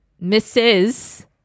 Misses